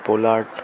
Pollard